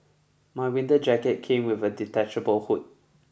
my winter jacket came with a detachable hood